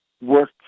work